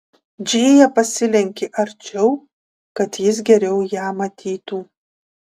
džėja pasilenkė arčiau kad jis geriau ją matytų